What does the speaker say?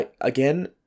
Again